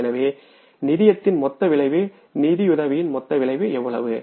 எனவே நிதியத்தின் மொத்த விளைவு நிதியுதவியின் மொத்த விளைவு எவ்வளவு